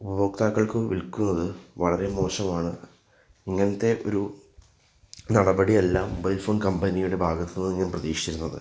ഉപഭോക്താക്കൾക്ക് വിൽക്കുന്നത് വളരെ മോശമാണ് ഇങ്ങനത്തെ ഒരു നടപടി അല്ല മൊബൈൽ ഫോൺ കമ്പനിയുടെ ഭാഗത്ത് നിന്നും പ്രതീക്ഷിച്ചിരുന്നത്